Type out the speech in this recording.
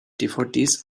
dvds